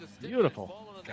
Beautiful